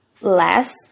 less